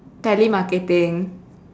telemarketing